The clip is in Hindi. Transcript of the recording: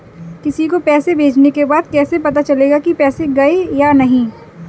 किसी को पैसे भेजने के बाद कैसे पता चलेगा कि पैसे गए या नहीं?